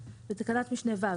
בתקנת משנה (ו),